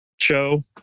show